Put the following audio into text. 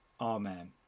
Amen